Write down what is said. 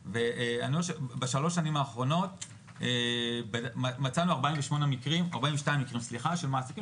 בשלוש שנים האחרונות מצאנו ארבעים ושניים מקרים של מעסיקים